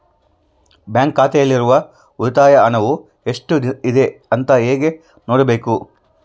Bank ಖಾತೆಯಲ್ಲಿರುವ ಉಳಿತಾಯ ಹಣವು ಎಷ್ಟುಇದೆ ಅಂತ ಹೇಗೆ ನೋಡಬೇಕು?